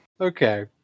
Okay